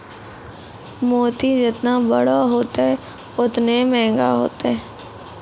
मोती जेतना बड़ो होतै, ओतने मंहगा होतै